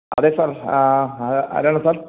അതേ സാർ ആ ആരാണ് സാർ